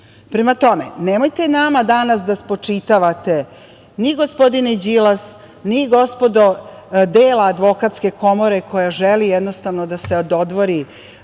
tome, nemojte nama danas da spočitavate ni, gospodine Đilas, ni gospodo dela advokatske komore, koja želi jednostavno da se dodvori